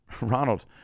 Ronald